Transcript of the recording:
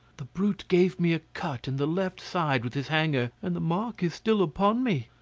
the brute gave me a cut in the left side with his hanger, and the mark is still upon me.